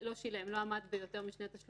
כשגם בפעם השנייה עדיין יש לו מערך תמריצים